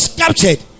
captured